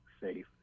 safe